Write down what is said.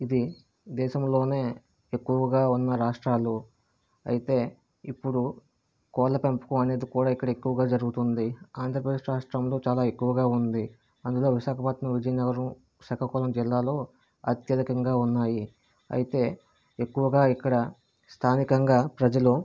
ఇది దేశంలోనే ఎక్కువగా ఉన్న రాష్ట్రాలు అయితే ఇప్పుడు కోళ్ల పెంపకం అనేది కూడా ఇక్కడ ఎక్కువగా జరుగుతుంది ఆంధ్రప్రదేశ్ రాష్ట్రంలో చాలా ఎక్కువగా ఉంది అందులో విశాఖపట్నం విజయనగరం శ్రీకాకుళం జిల్లాలో అత్యధికంగా ఉన్నాయి అయితే ఎక్కువగా ఇక్కడ స్థానికంగా ప్రజలు